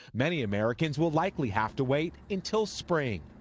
many americans will likely have to wait until spring.